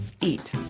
eat